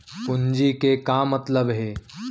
पूंजी के का मतलब हे?